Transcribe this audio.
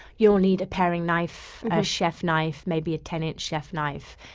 you'll need a paring knife, a chef's knife, maybe a ten inch chef's knife,